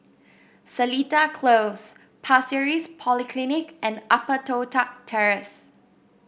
Seletar Close Pasir Ris Polyclinic and Upper Toh Tuck Terrace